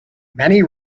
many